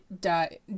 die